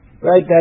right